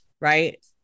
Right